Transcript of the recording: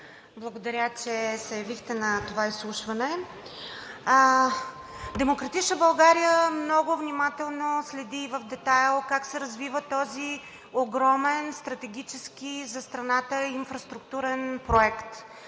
благодаря, че се явихте на това изслушване. „Демократична България“ много внимателно следи в детайл как се развива този огромен, стратегически за страната инфраструктурен проект.